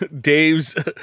Dave's